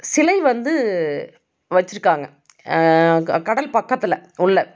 சிலை வந்து வச்சுருக்காங்க கடல் பக்கத்தில் உள்ள